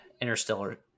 interstellar